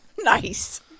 Nice